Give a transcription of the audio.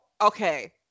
okay